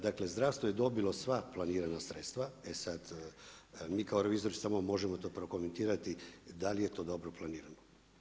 Dakle, zdravstvo je dobilo sva planirana sredstva, e sad mi kao revizori samo možemo to prokomentirati da li je to dobro planirano.